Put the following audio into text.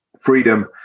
freedom